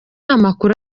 amakuru